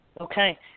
Okay